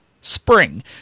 spring